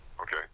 Okay